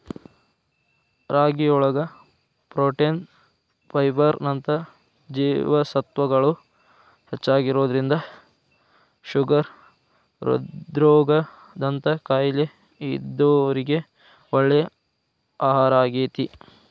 ರಾಗಿಯೊಳಗ protein, fibre ನಂತ ಜೇವಸತ್ವಗಳು ಹೆಚ್ಚಾಗಿರೋದ್ರಿಂದ ಶುಗರ್, ಹೃದ್ರೋಗ ದಂತ ಕಾಯಲೇ ಇದ್ದೋರಿಗೆ ಒಳ್ಳೆ ಆಹಾರಾಗೇತಿ